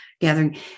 gathering